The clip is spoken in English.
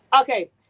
Okay